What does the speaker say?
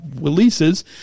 releases